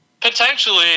potentially